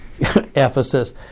Ephesus